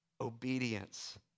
obedience